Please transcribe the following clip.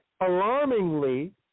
Alarmingly